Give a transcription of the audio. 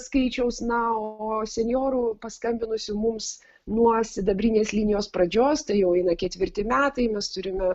skaičiaus na o senjorų paskambinusių mums nuo sidabrinės linijos pradžios tai jau eina ketvirti metai mes turime